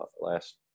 last